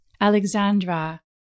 Alexandra